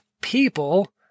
people